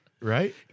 Right